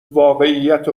واقعیت